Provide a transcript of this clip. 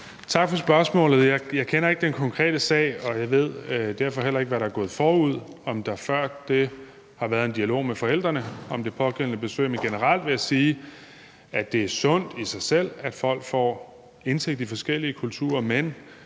Tak for spørgsmålet. Jeg kender ikke den konkrete sag, og jeg ved derfor heller ikke, hvad der er gået forud – om der før det har været en dialog med forældrene om det pågældende besøg – men generelt vil jeg sige, at det er sundt i sig selv, at folk får indsigt i forskellige kulturer, men,